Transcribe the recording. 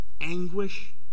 anguish